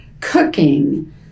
cooking